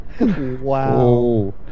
Wow